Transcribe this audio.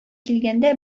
килгәндә